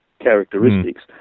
characteristics